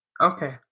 Okay